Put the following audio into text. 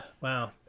Wow